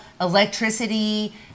electricity